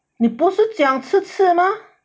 你不是讲刺刺吗